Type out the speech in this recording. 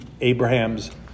Abraham's